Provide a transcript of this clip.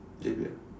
javier